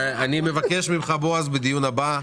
ואני מבקש בדיון הבא,